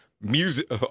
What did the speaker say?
music